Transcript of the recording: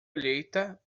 colheita